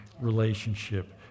relationship